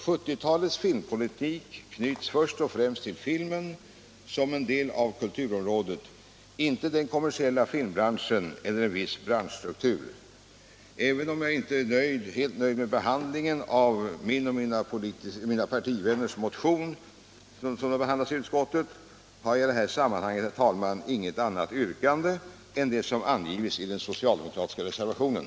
70-talets filmpolitik knyts först och främst till filmen som en del av kulturområdet, inte den kommersiella filmbranschen eller en viss branschstruktur.” Även om jag inte är helt nöjd med behandlingen av min och mina partivänners motion, har jag i detta sammanhang, herr talman, inget annat yrkande än det som anges i den socialdemokratiska reservationen.